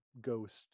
ghost